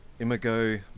Imago